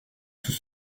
sous